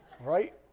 Right